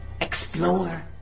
Explore